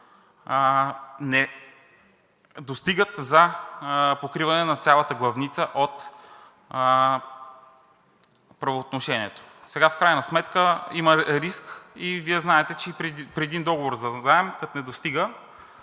не достигат за покриване на цялата главница от правоотношението. Сега, в крайна сметка има риск и Вие знаете, че и при един договор за заем, като не достига,